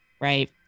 right